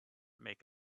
make